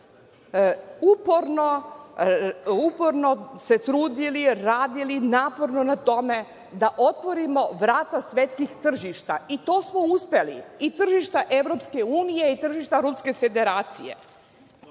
uporno se trudili, radili naporno na tome, da otvorimo vrata svetskih tržišta i to smo uspeli tržišta EU i tržišta Ruske Federacije. Želim